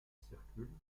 circulent